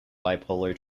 bipolar